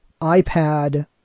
iPad